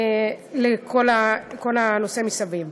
לכל הנושא שמסביב.